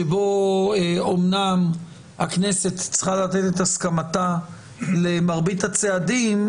שבו אמנם הכנסת צריכה לתת את הסכמתה למרבית הצעדים,